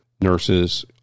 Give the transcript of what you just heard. nurses